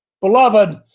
Beloved